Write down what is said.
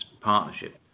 partnership